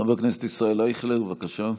חבר הכנסת ישראל אייכלר, בבקשה.